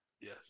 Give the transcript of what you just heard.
Yes